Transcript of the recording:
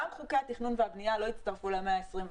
גם חוקי התכנון והבנייה לא הצטרפו למאה ה-21.